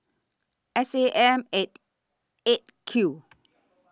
S A M At eight Q